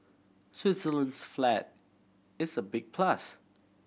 Switzerland's flag is a big plus